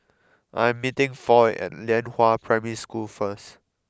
I am meeting Foy at Lianhua Primary School first